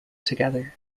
together